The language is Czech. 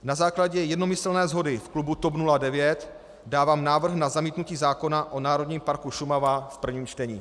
Na základě jednomyslně shody v klubu TOP 09 dávám návrh na zamítnutí zákona o Národním parku Šumava v prvním čtení.